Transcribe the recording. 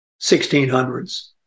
1600s